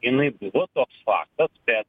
jinai buvo toks faktas bet